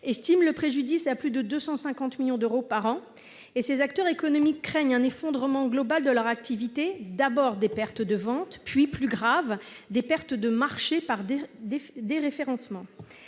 estiment le préjudice à plus de 250 millions d'euros par an et ils craignent un effondrement global de leur activité : d'abord des pertes de ventes, puis, plus grave, des pertes de marché par déréférencement.